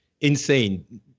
insane